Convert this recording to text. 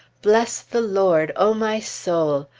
bless the lord, o my soul!